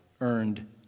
earned